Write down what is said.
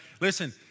listen